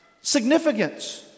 Significance